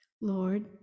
Lord